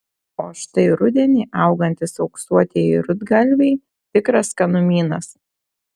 o štai rudenį augantys auksuotieji rudgalviai tikras skanumynas